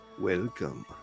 Welcome